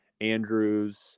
Andrews